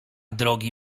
drogi